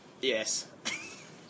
Yes